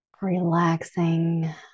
Relaxing